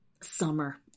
summer